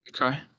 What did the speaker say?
Okay